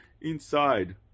inside